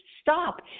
stop